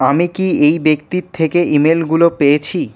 আমি কি এই ব্যক্তির থেকে ই মেলগুলো পেয়েছি